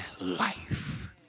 life